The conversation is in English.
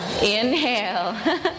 Inhale